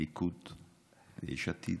ליכוד, יש עתיד,